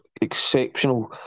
exceptional